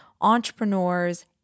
entrepreneurs